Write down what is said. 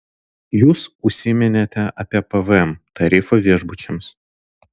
jūs užsiminėte apie pvm tarifą viešbučiams